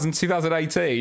2018